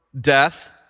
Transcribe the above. death